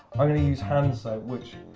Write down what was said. i'm going to use hand soap, which,